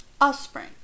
Offspring